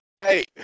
Hey